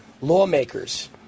lawmakers